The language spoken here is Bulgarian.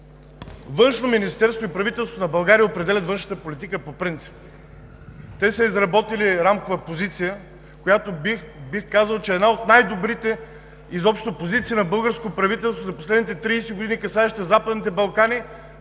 Външното министерство и правителството на България по принцип определят външната политика. Те са изработили Рамкова позиция, която, бих казал, че е изобщо една от най-добрите позиции на българското правителство за последните 30 години, касаеща Западните Балкани,